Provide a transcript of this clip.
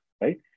right